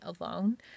alone